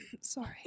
sorry